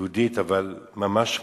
יהודית, אבל ממש מופקרת,